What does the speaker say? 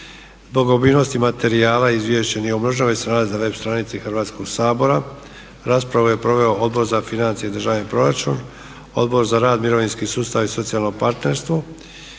Zbog obimnosti materijala izvješće nije umnoženo nego se nalazi na web stranici Hrvatskoga sabora. Raspravu je proveo Odbor za financije i državni proračun, Odbor za rad, mirovinski sustav i socijalno partnerstvo.